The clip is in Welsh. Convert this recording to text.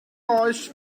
oes